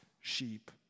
sheep